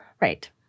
Right